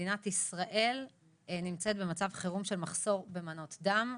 מדינת ישראל נמצאת במצב חירום של מחסור במנות דם.